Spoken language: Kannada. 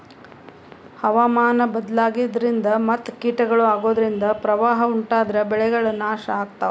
ಹವಾಮಾನ್ ಬದ್ಲಾಗದ್ರಿನ್ದ ಮತ್ ಕೀಟಗಳು ಅಗೋದ್ರಿಂದ ಪ್ರವಾಹ್ ಉಂಟಾದ್ರ ಬೆಳೆಗಳ್ ನಾಶ್ ಆಗ್ತಾವ